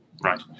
Right